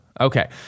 okay